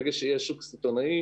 ברגע שיהיה שוק דיגיטלי,